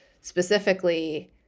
specifically